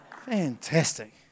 Fantastic